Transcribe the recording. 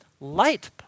light